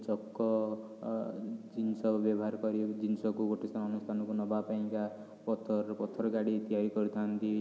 ଚକ ଜିନିଷ ବ୍ୟବହାର କରି ଜିନିଷକୁ ଗୋଟେ ସ୍ଥାନରୁ ଅନ୍ୟ ସ୍ଥାନକୁ ନେବା ପାଇଁକା ପଥରରୁ ପଥର ଗାଡ଼ି ତିଆରି କରିଥାନ୍ତି